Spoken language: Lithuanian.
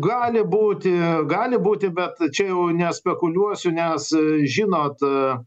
gali būti gali būti bet čia jau nespekuliuosiu nes žinot